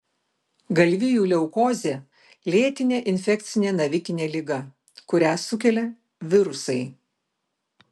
galvijų leukozė lėtinė infekcinė navikinė liga kurią sukelia virusai